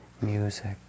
music